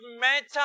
matter